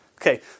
Okay